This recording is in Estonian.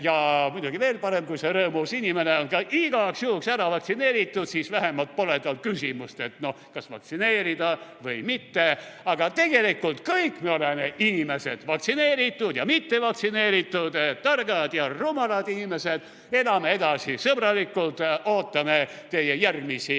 Ja muidugi veel parem, kui see rõõmus inimene on ka igaks juhuks ära vaktsineeritud, siis vähemalt pole tal küsimust, kas vaktsineerida või mitte. Aga tegelikult kõik me oleme inimesed, vaktsineeritud ja mittevaktsineeritud, targad ja rumalad inimesed. Elame edasi sõbralikult, ootame teie järgmisi